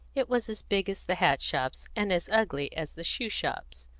it was as big as the hat shops and as ugly as the shoe shops.